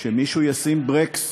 שמישהו ישים ברקס